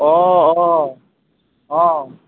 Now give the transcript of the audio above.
অ অ অ